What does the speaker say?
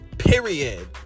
Period